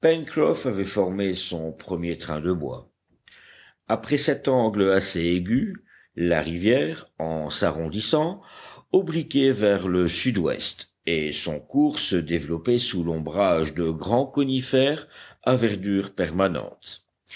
avait formé son premier train de bois après cet angle assez aigu la rivière en s'arrondissant obliquait vers le sud-ouest et son cours se développait sous l'ombrage de grands conifères à verdure permanente